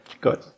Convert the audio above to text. Good